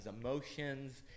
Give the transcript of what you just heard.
emotions